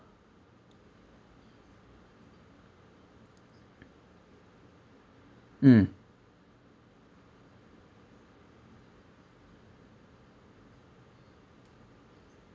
mm